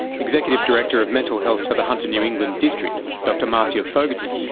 executive director of mental health for the hunter new england district, dr marcia fogarty,